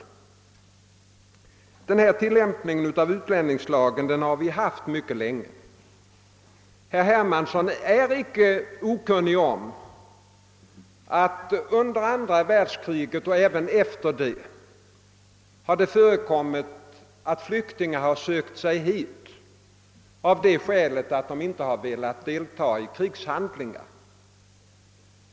På detta sätt har utlänningslagen tilllämpats mycket länge. Herr Hermansson är icke okunnig om att det under andra världskriget och även därefter har förekommit att flyktingar sökt sig hit av det skälet att de inte har velat deltaga i krigshandlingar.